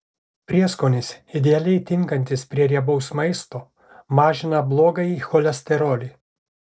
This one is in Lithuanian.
prieskonis idealiai tinkantis prie riebaus maisto mažina blogąjį cholesterolį